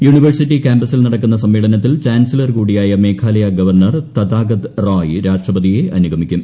university കാമ്പസിൽ നടക്കുന്ന സമ്മേളനത്തിൽ ചാൻസലർ കൂടിയായ മേഘാലയ ഗവർണർ തദാഗത് റോയ് രാഷ്ട്രപതിയെ അനുഗമിക്കും